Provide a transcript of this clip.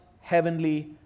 heavenly